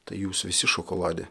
tai jūs visi šokolade